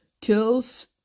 kills